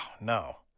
no